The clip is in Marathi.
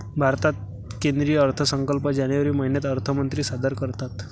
भारतात केंद्रीय अर्थसंकल्प जानेवारी महिन्यात अर्थमंत्री सादर करतात